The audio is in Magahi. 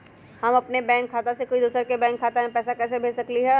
हम अपन बैंक खाता से कोई दोसर के बैंक खाता में पैसा कैसे भेज सकली ह?